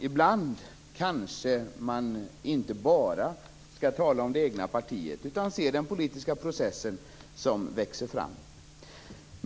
Ibland kanske man inte bara skall tala om det egna partiet utan se den politiska processen som växer fram.